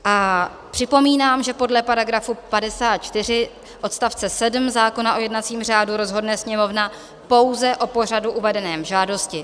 A připomínám, že podle § 54 odst. 7 zákona o jednacím řádu rozhodne Sněmovna pouze o pořadu uvedeném v žádosti.